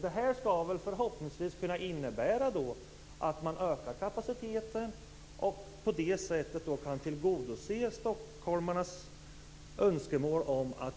Det här skall förhoppningsvis kunna innebära att man ökar kapaciteten och på det sättet kan tillgodose stockholmarnas önskemål om att